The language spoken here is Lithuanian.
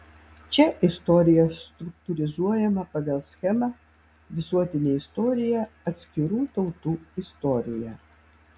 čia istorija struktūrizuojama pagal schemą visuotinė istorija atskirų tautų istorija